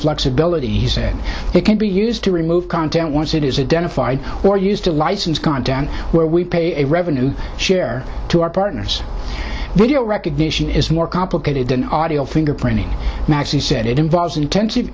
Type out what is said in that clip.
flexibility he said it can be used to remove content once it is a den a fight or used to license gone down where we pay a revenue share to our partners video recognition is more complicated than audio fingerprinting maxie said it involves intensive